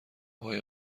های